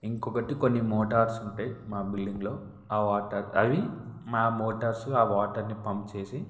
ఇంకొకటి కొన్ని మోటార్స్ ఉంటాయి మా బిల్లింగ్లో ఆ వాటర్ అవి మా మోటార్స్ ఆ వాటర్ని పంప్ చేసి